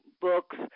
books